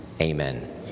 Amen